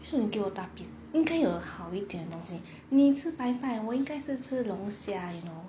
为什么你给我大便你可以给好一点的东西你吃白饭 eh 我应该是吃龙虾 you know